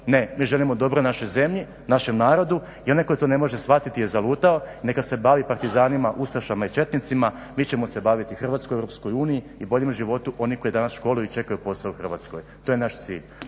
Ne, mi želimo dobro našoj zemlji, našem narodu i onaj koji to ne može shvatiti je zalutao i neka se bavi partizanima, ustašama i četnicima mi ćemo se baviti Hrvatskoj u EU i boljem životu onih koji danas školuju i čekaju posao u Hrvatskoj. To je naš cilj.